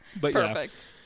Perfect